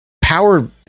Power